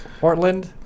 Portland